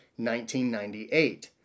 1998